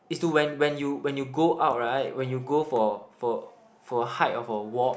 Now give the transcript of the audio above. is to when when you when you go out right when you go for for for a hike or for a walk